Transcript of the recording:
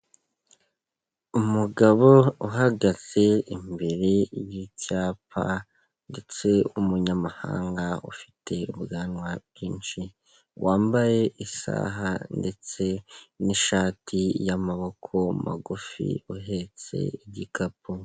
Umugabo uhagaze imbere y'icyapa ndetse w'umunyamahanga ufite ubwanwa bwinshi, wambaye isaha ndetse n'ishati y'amaboko magufi, uhetse igikapu.